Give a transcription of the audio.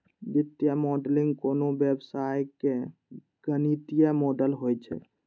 वित्तीय मॉडलिंग कोनो व्यवसायक गणितीय मॉडल होइ छै